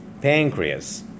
pancreas